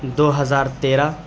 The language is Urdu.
دو ہزار تیرہ